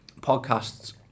podcasts